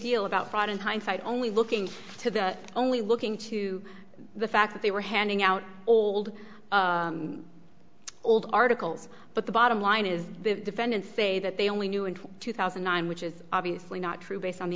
deal about fraud in hindsight only looking to the only looking to the fact that they were handing out old old articles but the bottom line is the defendants say that they only knew in two thousand and nine which is obviously not true based on the